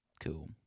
cool